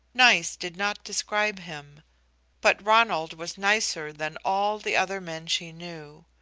nice did not describe him but ronald was nicer than all the other men she knew.